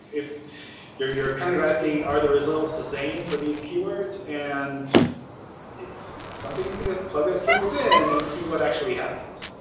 if you're you're kind of asking are the results the same for these keywords, and it's something you can just plug those keywords in and see what actually happens.